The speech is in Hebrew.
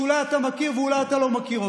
שאולי אתה מכיר ואולי אתה לא מכיר אותו.